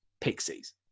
Pixies